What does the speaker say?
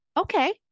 okay